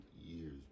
years